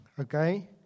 Okay